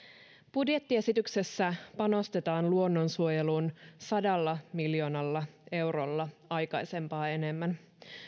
budjettiesityksessä panostetaan luonnonsuojeluun sadalla miljoonalla eurolla aikaisempaa enemmän